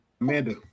Amanda